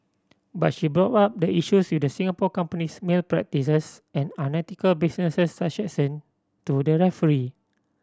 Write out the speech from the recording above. but she brought up the issues with the Singapore company's malpractices and unethical business transaction to the referee